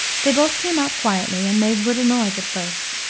they both came out quietly and made little noise at first.